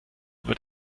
wird